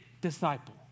disciple